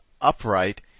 upright